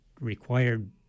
required